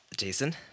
Jason